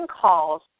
calls